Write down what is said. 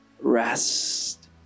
rest